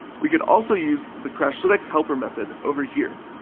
we could also use the crashlytics helper method over here.